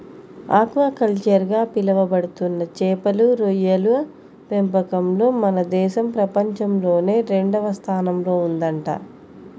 aquaculture గా పిలవబడుతున్న చేపలు, రొయ్యల పెంపకంలో మన దేశం ప్రపంచంలోనే రెండవ స్థానంలో ఉందంట